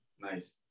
nice